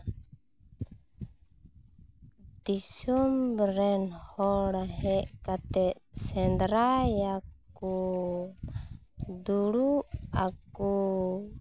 ᱫᱤᱥᱚᱢ ᱨᱮᱱ ᱦᱚᱲ ᱦᱮᱡ ᱠᱟᱛᱮᱫ ᱥᱮᱸᱫᱽᱨᱟᱭᱟᱠᱚ ᱫᱩᱲᱩᱵ ᱟᱠᱚ